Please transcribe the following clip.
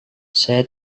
saya